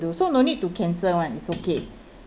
do so need to cancel [one] it's okay